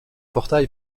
portail